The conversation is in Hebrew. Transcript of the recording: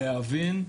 להבין,